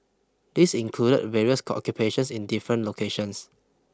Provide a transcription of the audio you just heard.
this included various occupations in different locations